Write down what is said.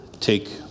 take